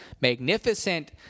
magnificent